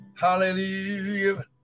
Hallelujah